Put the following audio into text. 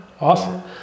Awesome